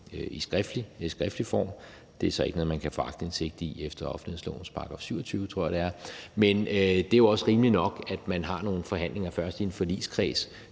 i skriftlig form – det er så ikke noget, man kan få aktindsigt i efter offentlighedslovens § 27, tror jeg det er. Men det jo også rimeligt nok, at man har nogle forhandlinger, først i en forligskreds